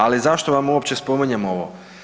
Ali zašto vam uopće spominjem ovo?